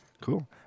cool